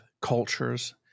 cultures